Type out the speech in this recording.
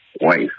wife